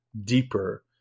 deeper